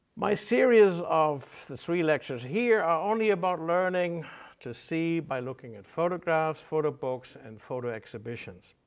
my series of the three elections here are only about learning to see by looking at photographs, photo books, and photo exhibitions.